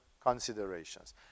considerations